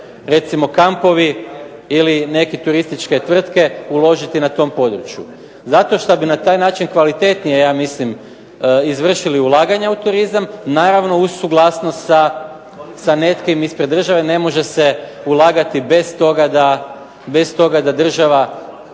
recimo kampovi ili neke turističke tvrtke uložiti na tom području. Zato šta bi na taj način kvalitetnije ja mislim izvršili ulaganja u turizam, naravno uz suglasnost sa nekim ispred države ne može se ulagati bez toga da država